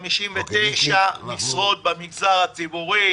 359 משרות במגזר הציבורי: